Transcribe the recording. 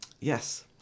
Yes